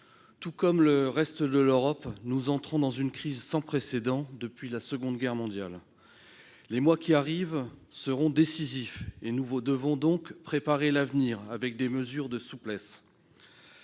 Tout comme le reste de l'Europe, nous entrons dans une crise sans précédent depuis la Seconde Guerre mondiale. Les mois qui arrivent seront décisifs, et nous devons donc préparer l'avenir avec des mesures de souplesse.